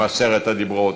עם עשרת הדיברות,